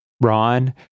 Ron